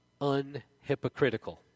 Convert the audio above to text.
unhypocritical